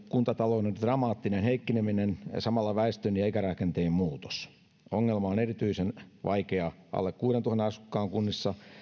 kuntatalouden dramaattinen heikkeneminen ja samalla väestön ja ikärakenteen muutos ongelma on erityisen vaikea alle kuuteentuhanteen asukkaan kunnissa